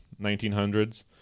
1900s